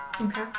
Okay